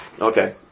Okay